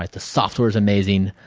like the software is amazing.